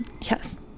Yes